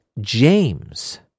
James